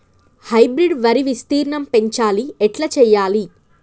Hybrid వరి విస్తీర్ణం పెంచాలి ఎట్ల చెయ్యాలి?